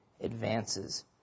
advances